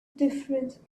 difference